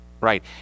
Right